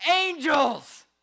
angels